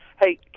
Hey